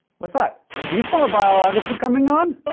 what's that? do you smell a bio-lography coming on?